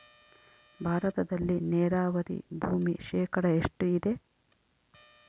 ಭಾರತದಲ್ಲಿ ನೇರಾವರಿ ಭೂಮಿ ಶೇಕಡ ಎಷ್ಟು ಇದೆ?